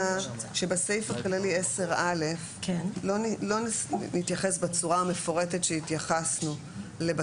שבסעיף הכללי 10(א) לא נתייחס בצורה המפורטת שהתייחסנו לבתי